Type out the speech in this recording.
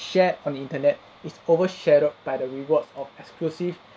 shared on the internet is overshadowed by the rewards of exclusive